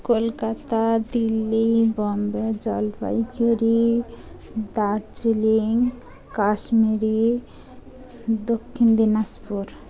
Kolkata Delhi Bombay Jalpaiguri Darjeeling Kashmir Dakshin Dinajpur